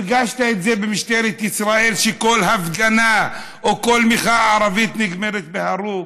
הרגשת את זה במשטרת ישראל שכל הפגנה או כל מחאה ערבית נגמרת בהרוג.